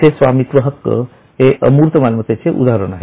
असे स्वामित्व हक्क हे अमूर्त मालमत्तेचे उदाहरण आहे